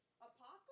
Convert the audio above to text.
Apocalypse